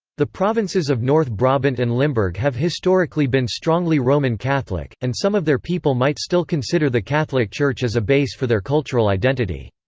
the provinces of north brabant and limburg have historically been strongly roman catholic, and some of their people might still consider the catholic church as a base for their cultural identity.